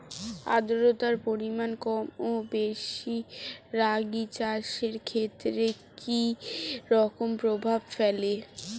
আদ্রতার পরিমাণ কম বা বেশি রাগী চাষের ক্ষেত্রে কি রকম প্রভাব ফেলে?